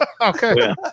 Okay